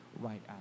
right